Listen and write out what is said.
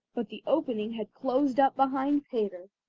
but the opening had closed up behind peter,